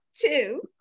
Two